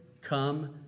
come